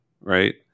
right